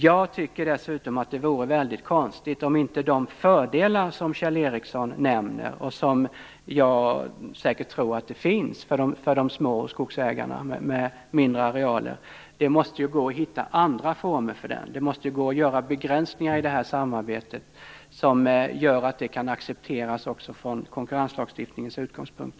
Jag tycker dessutom att det vore mycket konstigt om det inte gick att hitta andra former för de fördelar som Kjell Ericsson nämner och som jag säkert tror finns för skogsägare med mindre arealer. Det måste gå att göra begränsningar i det här samarbetet som gör att det kan accepteras också från konkurrenslagstiftningens utgångspunkt.